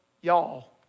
y'all